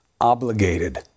Obligated